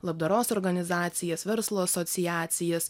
labdaros organizacijas verslo asociacijas